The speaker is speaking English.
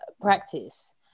practice